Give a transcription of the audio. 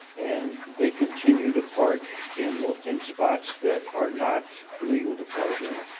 and they continued to park in in spots that are not legal to park in.